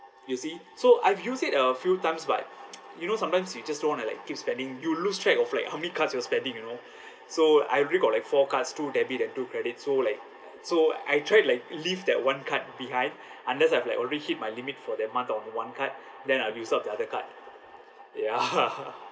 you see so I use it a few times but you know sometimes you just don't want to like keep spending you lose track of like how many cards you're spending you know so I already got like four cards two debit and two credit so like so I tried like leave that one card behind unless I have like already hit my limit for that month of one card then I'll use up the other card ya